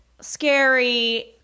scary